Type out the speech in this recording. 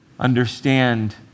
understand